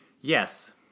Yes